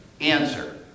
answer